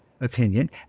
opinion